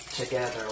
together